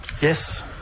Yes